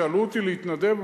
שאלו אותי: להתנדב?